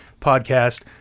podcast